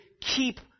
keep